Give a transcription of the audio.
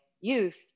youth